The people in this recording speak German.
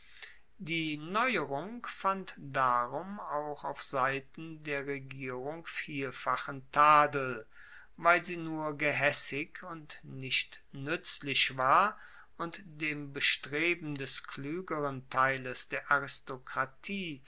die neuerung fand darum auch auf seiten der regierung vielfachen tadel weil sie nur gehaessig und nicht nuetzlich war und dem bestreben des kluegeren teiles der